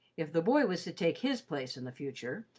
if the boy was to take his place in the future,